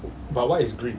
but what is grip